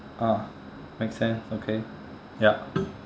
ah makes sense okay yup